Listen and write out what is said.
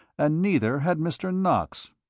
and neither had mr. knox.